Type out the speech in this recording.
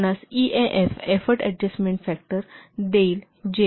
तर हे आपणास ईएएफ एफोर्ट अडजस्टमेन्ट फॅक्टर देईल जे हे 1